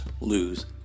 lose